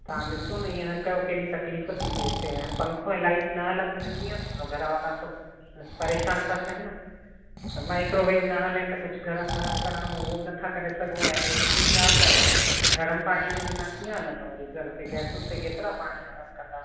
तव्हां ॾिसो न ईअं न कयो केॾी तकलीफ़ थी थिए हिते हाणे पंखो ऐं लाइट न हलंदी त कीअं थींदो घर वारा सभु परेशानु था थियनि न माइक्रोवेव न हले त कुझु गरम वरम करिणो हो उहो ब न था करे सघूं ऐं एड़ो सीअ आहे त गरम पाणीअ जे बिना कीअं हलंदो गीजर ते गैसयुनि ते केतिरा पाणी गरम कंदासीं